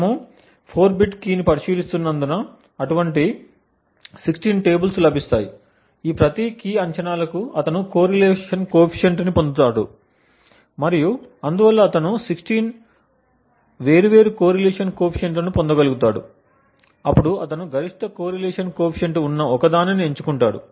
మనము 4 bit key ని పరిశీలిస్తున్నందున అటువంటి 16 టేబుల్లు లభిస్తాయి ఈ ప్రతి కీ అంచనాలకు అతను కోరిలేషన్ కోఫిసిఎంట్ని లెక్కిస్తాడు మరియు అందువల్ల అతను 16 వేర్వేరు కోరిలేషన్ కోఫిసిఎంట్ లను పొందగలుగుతాడు అప్పుడు అతను గరిష్ట కోరిలేషన్ కోఫిసిఎంట్ ఉన్న ఒకదానిని ఎంచుకుంటాడు